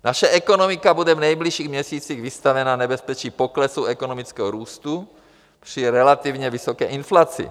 Naše ekonomika bude v nejbližších měsících vystavena poklesu ekonomického růstu při relativně vysoké inflaci.